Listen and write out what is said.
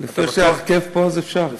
לפי ההרכב פה, אפשר.